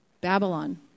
Babylon